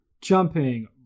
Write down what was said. Jumping